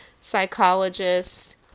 psychologists